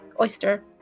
oyster